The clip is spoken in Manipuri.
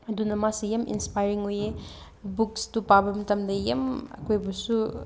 ꯑꯗꯨꯅ ꯃꯥꯁꯦ ꯌꯥꯝ ꯏꯟꯁꯄꯥꯏꯔꯤꯡ ꯑꯣꯏꯌꯦ ꯕꯨꯛꯁꯇꯨ ꯄꯥꯕ ꯃꯇꯝꯗ ꯌꯥꯝ ꯑꯩꯈꯣꯏꯕꯨꯁꯨ